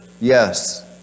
Yes